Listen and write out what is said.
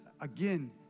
again